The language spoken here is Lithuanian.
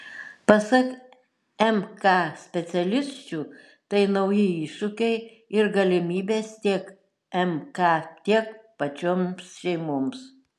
pasak mk specialisčių tai nauji iššūkiai ir galimybės tiek mk tiek pačioms šeimoms